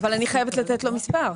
אני חייבת לתת לו מספר.